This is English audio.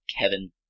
Kevin